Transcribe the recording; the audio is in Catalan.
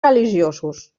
religiosos